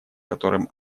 которым